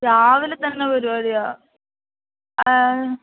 രാവിലെതന്നെ പരിപാടിയാണ്